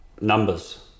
numbers